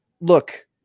Look